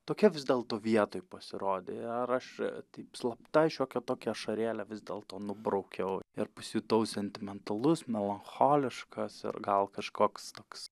tokia vis dėlto vietoj pasirodė ir aš taip slapta šiokią tokią ašarėlę vis dėlto nubraukiau ir pasijutau sentimentalus melancholiškas ir gal kažkoks toks